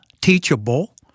teachable